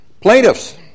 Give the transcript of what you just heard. Plaintiffs